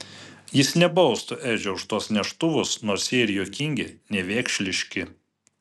jis nebaustų edžio už tuos neštuvus nors jie ir juokingi nevėkšliški